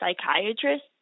psychiatrist